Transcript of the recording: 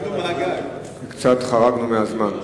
קצת חרגנו מהזמן.